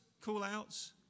Call-outs